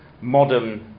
modern